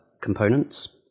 components